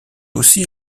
aussi